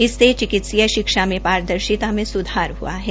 इससे चिकित्सीय शिक्षा में पारदर्शिता में सुधार हआ है